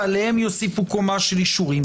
ועליהם יוסיפו קומה של אישורים.